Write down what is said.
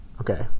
okay